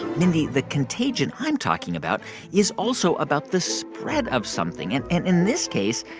mindy, the contagion i'm talking about is also about the spread of something, and and in this case,